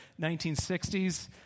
1960s